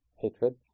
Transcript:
hatred